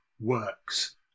works